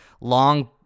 long